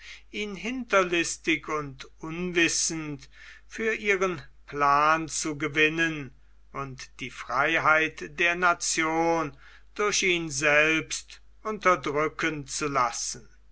ihn hinterlistig und unwissend für ihren plan zu gewinnen und die freiheit der nation durch ihn selbst unterdrücken zu lassen